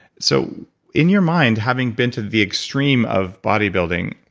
so in your mind, having been to the extreme of body building.